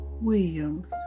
Williams